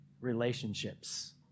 relationships